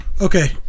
Okay